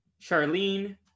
Charlene